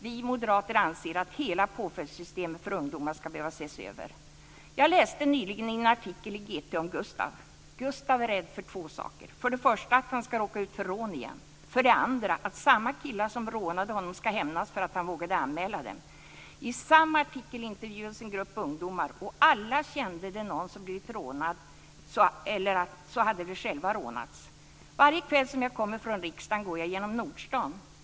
Vi moderater anser att hela påföljdssystemet för ungdomar skulle behöva ses över. Jag läste nyligen i en artikel i GT om Gustaf. Gustaf är rädd för två saker. För det första är han rädd för att han ska råka ut för rån igen. För det andra är han rädd för att samma killar som rånade honom ska hämnas för att han vågade anmäla dem. I samma artikel intervjuades en grupp ungdomar och alla kände någon som blivit rånad eller också hade de själva blivit rånade. Varje kväll när jag går hem från riksdagen går jag genom nordstan.